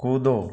कूदो